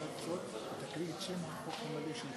לפועל (תיקון מס' 48, הוראת שעה), התשע"ו 2015,